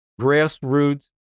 grassroots